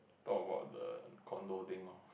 talk about the condo thing orh